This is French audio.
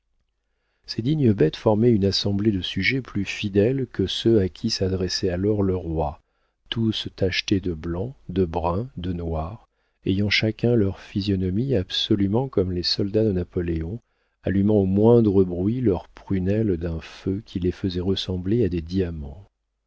ces dignes bêtes formaient une assemblée de sujets plus fidèles que ceux à qui s'adressait alors le roi tous tachetés de blanc de brun de noir ayant chacun leur physionomie absolument comme les soldats de napoléon allumant au moindre bruit leurs prunelles d'un feu qui les faisait ressembler à des diamants